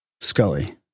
Scully